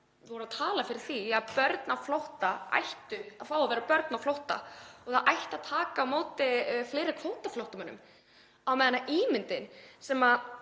voru að tala fyrir því að börn á flótta ættu að fá að vera börn á flótta og það ætti að taka á móti fleiri kvótaflóttamönnum á meðan ímyndin sem við